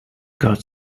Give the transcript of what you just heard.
got